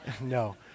No